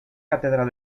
catedral